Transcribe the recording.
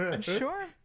Sure